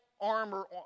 armor